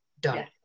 done